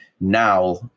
now